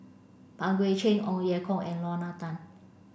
Pang Guek Cheng Ong Ye Kung and Lorna Tan